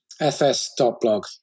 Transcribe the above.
fs.blog